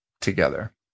together